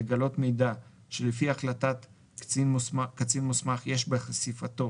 לגלות מידע שלפי החלטת קצין מוסמך יש בחשיפתו